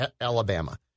Alabama